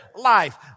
life